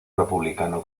republicano